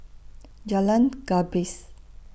Jalan Gapis